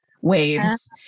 waves